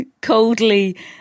coldly